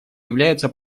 являются